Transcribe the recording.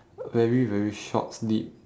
very very short sleep